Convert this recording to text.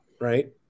right